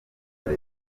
leta